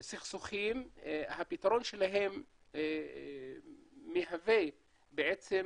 מהסכסוכים, הפתרון שלהם מהווה בעצם